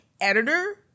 editor